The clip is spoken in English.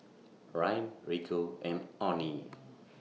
Ryne Rico and Onnie